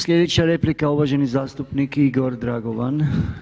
Sljedeća replika uvaženi zastupnik Igor Dragovan.